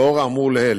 לאור האמור לעיל,